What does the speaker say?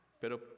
Pero